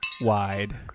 wide